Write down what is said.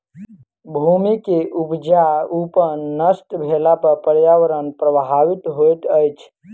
भूमि के उपजाऊपन नष्ट भेला पर पर्यावरण प्रभावित होइत अछि